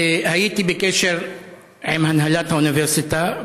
הייתי בקשר עם הנהלת האוניברסיטה,